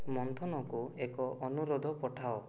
ମନ୍ଥନକୁ ଏକ ଅନୁରୋଧ ପଠାଅ